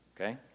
Okay